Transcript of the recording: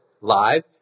live